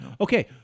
Okay